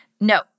no